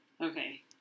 Okay